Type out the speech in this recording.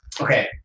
Okay